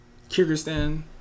Kyrgyzstan